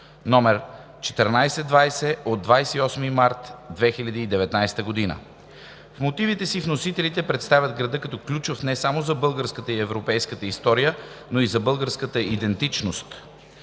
№ 1420 от 28 март 2019 г. В мотивите си вносителите представят града като ключов не само за българската и европейската история, но и за българската идентичност.